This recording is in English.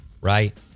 right